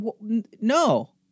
no